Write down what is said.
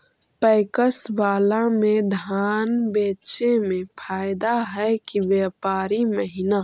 PACS बाला में धान बेचे मे फायदा है कि व्यापारी महिना?